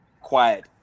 quiet